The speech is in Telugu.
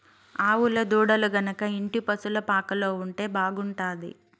ఆవుల దూడలు గనక ఇంటి పశుల పాకలో ఉంటే బాగుంటాది